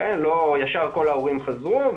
לא ישר כל ההורים חזרו,